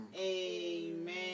Amen